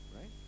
Right